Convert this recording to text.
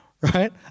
Right